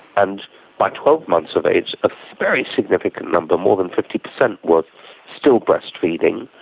and by twelve months of age a very significant number, more than fifty percent were still breastfeeding.